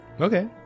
Okay